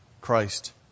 Christ